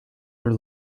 her